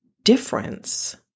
Difference